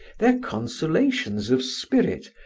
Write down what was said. their consolations of spirit,